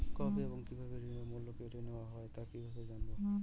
কবে এবং কিভাবে ঋণের মূল্য কেটে নেওয়া হয় তা কিভাবে জানবো?